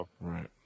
Right